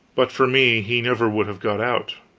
but for me, he never would have got out.